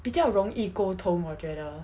比较容易沟通我觉得